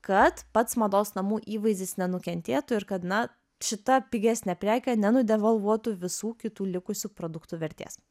kad pats mados namų įvaizdis nenukentėtų ir kad na šita pigesnė prekė nenudevalvuotų visų kitų likusių produktų vertės